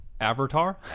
Avatar